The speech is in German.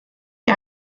die